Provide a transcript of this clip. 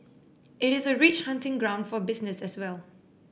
it is a rich hunting ground for business as well